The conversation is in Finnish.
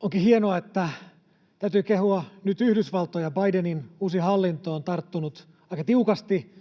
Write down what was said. onkin hienoa — täytyy kehua nyt Yhdysvaltoja — että Bidenin uusi hallinto on tarttunut aika tiukasti